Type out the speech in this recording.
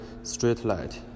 streetlight